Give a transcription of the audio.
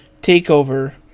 Takeover